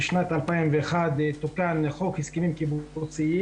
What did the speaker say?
בשנת 2001 תוקן חוק הסכמים קיבוציים,